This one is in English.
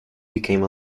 became